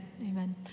Amen